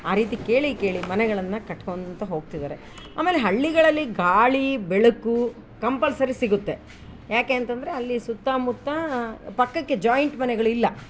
ಆ ರೀತಿ ಕೇಳಿ ಕೇಳಿ ಮನೆಗಳನ್ನು ಕಟ್ಕೊತ ಹೋಗ್ತಿದಾರೆ ಆಮೇಲೆ ಹಳ್ಳಿಗಳಲ್ಲಿ ಗಾಳಿ ಬೆಳಕು ಕಂಪಲ್ಸರಿ ಸಿಗುತ್ತೆ ಯಾಕೆ ಅಂತಂದರೆ ಅಲ್ಲಿ ಸುತ್ತ ಮುತ್ತ ಪಕ್ಕಕ್ಕೆ ಜಾಯಿಂಟ್ ಮನೆಗಳು ಇಲ್ಲ